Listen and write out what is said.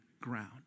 ground